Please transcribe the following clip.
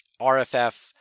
RFF